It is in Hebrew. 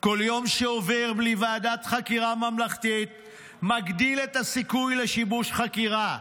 כל יום שעובר בלי ועדת חקירה ממלכתית מגדיל את הסיכוי לשיבוש חקירה,